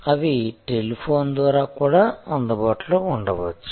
అవి టెలిఫోన్ ద్వారా కూడా అందుబాటులో ఉండవచ్చు